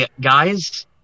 guys